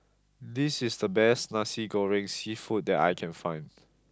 this is the best Nasi Goreng seafood that I can find